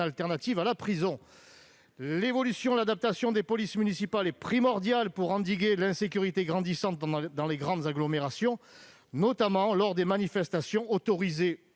alternative à la prison. L'évolution, l'adaptation des polices municipales est primordiale pour endiguer l'insécurité grandissante dans les grandes agglomérations, notamment lors des manifestations, autorisées